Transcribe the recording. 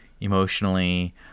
emotionally